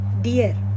dear